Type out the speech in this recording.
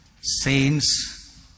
saints